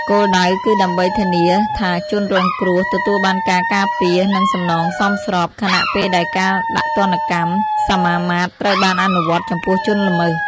គោលដៅគឺដើម្បីធានាថាជនរងគ្រោះទទួលបានការការពារ និង សំណងសមស្រប ខណៈពេលដែលការដាក់ទណ្ឌកម្មសមាមាត្រត្រូវបានអនុវត្តចំពោះជនល្មើស។